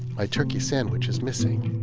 my turkey sandwich is missing.